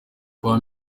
kwa